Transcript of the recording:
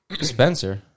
Spencer